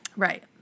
Right